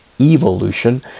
Evolution